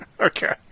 Okay